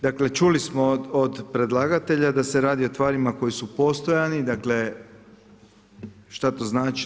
Dakle, čuli smo od predlagatelja da se radi o tvarima koje su postojane, šta to znači?